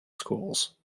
schools